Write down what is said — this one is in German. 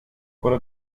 oder